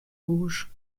rouge